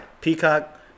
Peacock